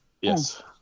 Yes